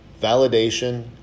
Validation